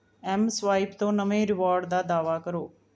M swipe ਤੋਂ ਨਵੇਂ reward ਦਾ ਦਾਅਵਾ ਕਰੋ